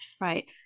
Right